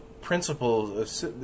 principles